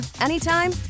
anytime